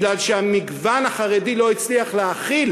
כי המגוון החרדי לא הצליח להכיל